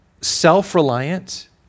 self-reliant